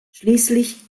schließlich